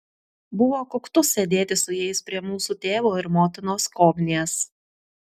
buvo koktu sėdėti su jais prie mūsų tėvo ir motinos skobnies